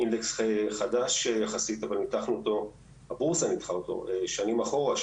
אינדקס חדש יחסית אבל הבורסה ניתחה אותו שנים אחורה,